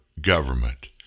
government